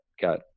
got